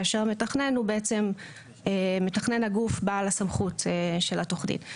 כאשר המתכנן הוא בעצם מתכנן הגוף בעל הסמכות של התוכנית.